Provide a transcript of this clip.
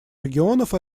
регионов